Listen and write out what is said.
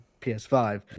PS5